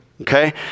okay